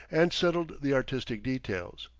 and settled the artistic details.